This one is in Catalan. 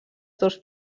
dos